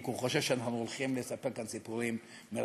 כי הוא חושב שאנחנו הולכים לספר כאן סיפורים מרתקים,